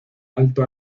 alto